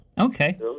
Okay